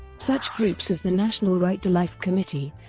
such groups as the national right to life committee,